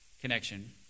connection